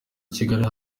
kigali